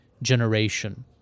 Generation